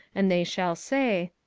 and they shall say,